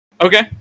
Okay